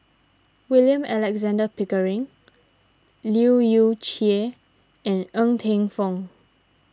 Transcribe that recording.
William Alexander Pickering Leu Yew Chye and Ng Teng Fong